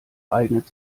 eignet